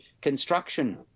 Construction